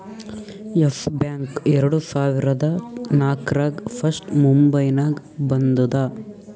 S Bank ಎರಡು ಸಾವಿರದಾ ನಾಕ್ರಾಗ್ ಫಸ್ಟ್ ಮುಂಬೈನಾಗ ಬಂದೂದ